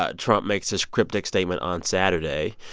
ah trump makes his cryptic statement on saturday,